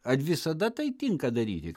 ar visada tai tinka daryti